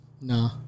No